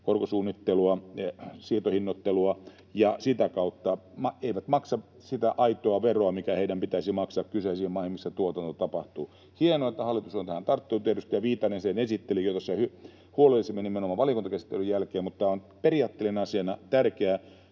korkosuunnittelua, siirtohinnoittelua — ja sitä kautta eivät maksa sitä aitoa veroa, mikä heidän pitäisi maksaa kyseisiin maihin, missä tuotanto tapahtuu. Hienoa, että hallitus on tähän tarttunut. Edustaja Viitanen sen esitteli jo tuossa nimenomaan huolellisen valiokuntakäsittelyn jälkeen, ja tämä on periaatteellisena asiana tärkeä.